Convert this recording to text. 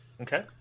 Okay